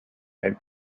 had